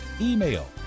email